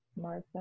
Martha